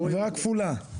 עבירה כפולה.